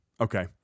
okay